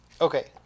Okay